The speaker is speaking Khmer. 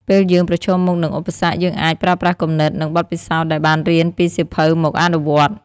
ពេលយើងប្រឈមមុខនឹងឧបសគ្គ យើងអាចប្រើប្រាស់គំនិត និងបទពិសោធន៍ដែលបានរៀនពីសៀវភៅមកអនុវត្ត។